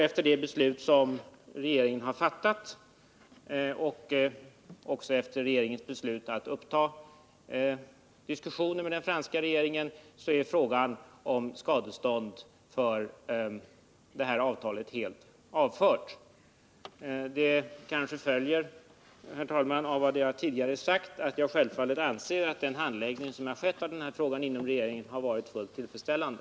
Efter det beslut som regeringen har fattat och också efter regeringens beslut att uppta diskussioner med den franska regeringen är frågan om skadestånd för avtalet helt avförd. Av vad jag tidigare har sagt följer, herr talman, att jag självfallet anser att den handläggning av denna fråga som skett inom regeringen har varit fullt tillfredsställande.